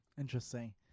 Interesting